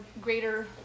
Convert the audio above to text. greater